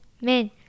men